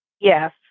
Yes